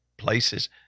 places